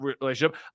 relationship